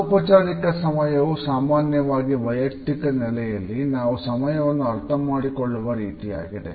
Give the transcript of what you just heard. ಅನೌಪಚಾರಿಕ ಸಮಯವು ಸಾಮಾನ್ಯವಾಗಿ ವೈಯುಕ್ತಿಕ ನೆಲೆಯಲ್ಲಿ ನಾವು ಸಮಯವನ್ನು ಅರ್ಥಮಾಡಿಕೊಳ್ಳುವ ರೀತಿಯಾಗಿದೆ